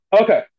Okay